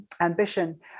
ambition